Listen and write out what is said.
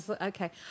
okay